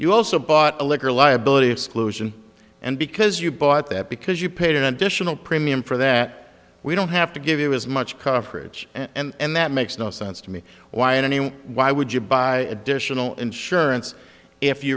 you also bought a liquor liability exclusion and because you bought that because you paid an additional premium for that we don't have to give you as much coverage and that makes no sense to me why anyone why would you buy additional insurance if